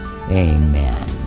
Amen